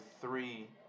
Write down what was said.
three